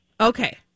Okay